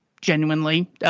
genuinely –